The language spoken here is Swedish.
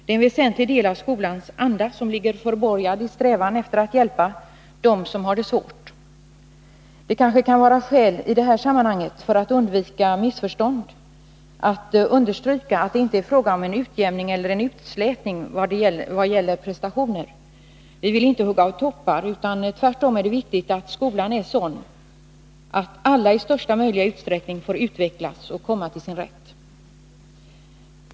En väsentlig del av skolans anda ligger förborgad i dess strävan att hjälpa dem som har det svårt. För att undvika missförstånd kan det kanske i det här sammanhanget vara skäl att understryka att det inte är fråga om en utjämning eller en utslätning i vad gäller prestationer. Vi vill inte hugga av toppar. Det är tvärtom viktigt att skolan är sådan att alla i största möjliga utsträckning får utvecklas och komma till sin rätt.